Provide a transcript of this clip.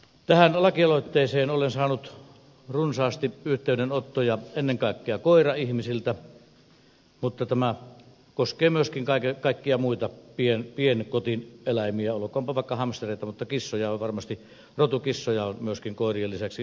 tähän lakialoitteeseen olen saanut runsaasti yhteydenottoja ennen kaikkea koiraihmisiltä mutta tämä koskee myöskin kaikkia muita pienkotieläimiä olkoonpa vaikka hamstereita mutta rotukissoja on myöskin koirien lisäksi huomattava määrä